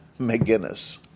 McGinnis